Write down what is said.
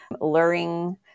luring